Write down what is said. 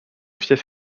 fief